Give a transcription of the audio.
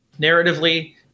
narratively